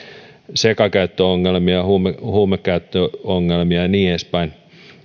sekakäyttöongelmia huumekäyttöongelmia ja niin edespäin